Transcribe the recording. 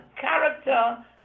Character